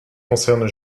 concernent